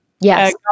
Yes